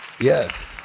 yes